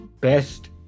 best